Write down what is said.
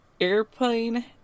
airplane